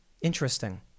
Interesting